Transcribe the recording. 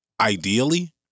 ideally